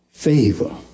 favor